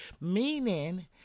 meaning